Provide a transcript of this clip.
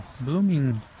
blooming